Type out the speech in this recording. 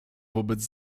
wobec